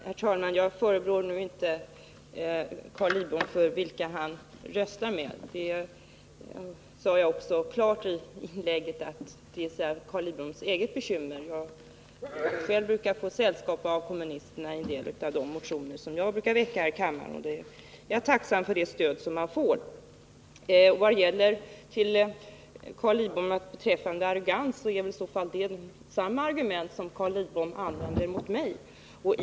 Herr talman! Jag förebrår inte Carl Lidbom för vilka han röstar med. Jag sade ju klart ifrån i mitt tidigare inlägg att det är Carl Lidboms eget bekymmer. Själv har jag då och då när jag väckt motioner fått sällskap av kommunisterna, och jag är tacksam för det stöd jag får. När det gäller arrogans vill jag till Carl Lidbom säga att han använder samma argument mot mig.